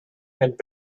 had